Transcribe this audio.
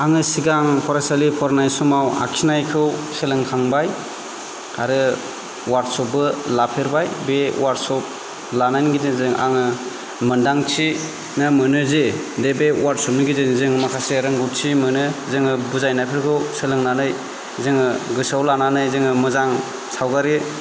आङो सिगां फरायसालि फरायनाय समाव आखिनायखौ सोलोंखांबाय आरो अवार्कशपबो लाफेरबाय बे अवार्कशप लानायनि गेजेरजों आङो मोन्दांथिनो मोनो जे जे बे अवार्कशपनि गेजेरजों माखासे रोंगौथि मोनो जोङो बुजायनायफोरखौ सोलोंनानै जोङो गोसोआव लानानै जोङो मोजां सावगारि